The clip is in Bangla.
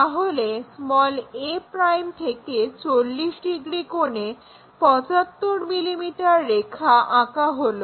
তাহলে a' থেকে 40 ডিগ্রি কোণে 75 mm রেখা আঁকা হলো